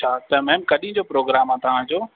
अछा त मेम कॾहिं जो प्रोग्राम आहे तव्हांजो